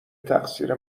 تقصیر